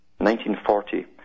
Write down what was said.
1940